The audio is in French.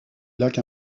lacs